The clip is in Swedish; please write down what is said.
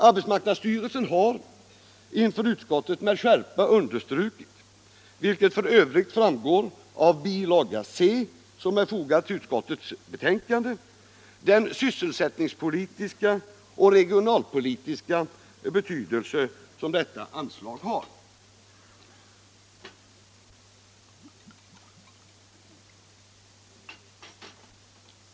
Arbetsmarknadsstyrelsen har inför utskottet med skärpa understrukit — vilket f. ö. framgår av bilaga C som är fogad till utskottets betänkande — den sysselsättningspolitiska och regionalpolitiska betydelse som detta anslag har.